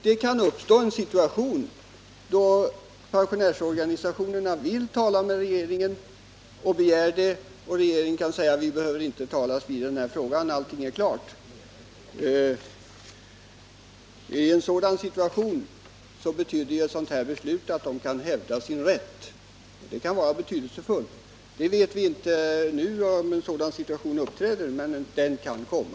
Det kan uppstå en situation då pensionärsorganisationerna vill tala med regeringen, men regeringen säger: Vi behöver inte talas vid, allting är klart. I en sådan situation betyder ett sådant här beslut att organisationerna kan hävda sin rätt. Det kan vara betydelsefullt. Vi vet inte nu om en sådan situation uppträder, men den kan komma.